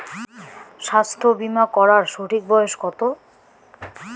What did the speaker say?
স্বাস্থ্য বীমা করার সঠিক বয়স কত?